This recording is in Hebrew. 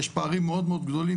יש פערים מאוד מאוד גדולים,